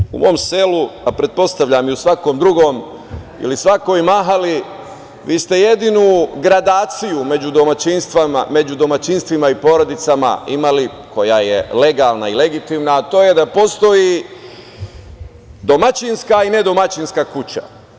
Znate, u mom selu, a pretpostavljam i u svakom drugom ili svakoj mahali vi ste jedinu gradaciju među domaćinstvima i porodicama imali, koja je legalna i legitimna, a to je da postoji domaćinska i nedomaćinska kuća.